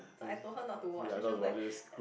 so I told her not to watch then she was like